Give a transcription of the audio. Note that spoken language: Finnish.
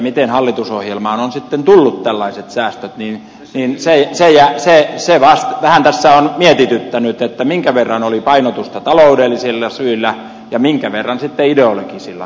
miten hallitusohjelmaan on sitten tullut tällaiset säästöt niin se vähän tässä on mietityttänyt että minkä verran oli painotusta taloudellisilla syillä ja minkä verran sitten ideologisilla